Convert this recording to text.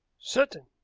certain.